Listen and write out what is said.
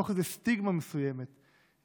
מתוך איזה סטיגמה מסוימת,